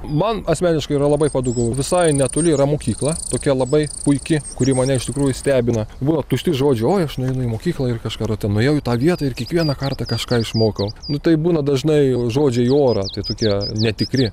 man asmeniškai yra labai patogu visai netoli yra mokykla tokia labai puiki kuri mane iš tikrųjų stebina buvo tušti žodžiai oi aš nueinu į mokyklą ir iš kažką ratą nuėjau į tą vietą ir kiekvieną kartą kažką išmokau nu tai būna dažnai žodžiai į orą tai tokie netikri